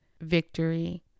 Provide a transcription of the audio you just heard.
victory